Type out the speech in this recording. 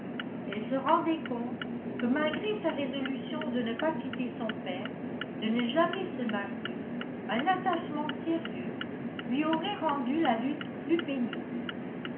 elle se rendait compte que malgré sa résolution de ne pas quitter son père de ne jamais se marier un attachement sérieux lui aurait rendu la lutte plus pénible